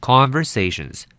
Conversations